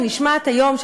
שנשמעת היום,